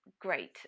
Great